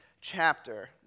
chapter